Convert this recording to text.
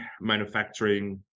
manufacturing